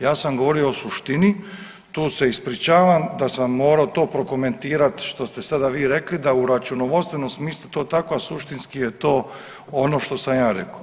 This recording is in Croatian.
Ja sam govorio o suštini, tu se ispričavam da sam morao to prokomentirati, što ste sada vi rekli, da u računovodstvenom smislu to takva suštinski je to ono što sam ja rekao.